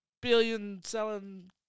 billion-selling